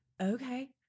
okay